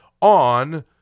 on